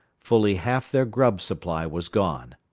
fully half their grub supply was gone.